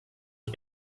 эрт